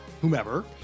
whomever